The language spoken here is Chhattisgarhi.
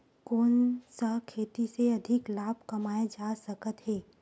कोन सा खेती से अधिक लाभ कमाय जा सकत हे?